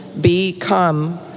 become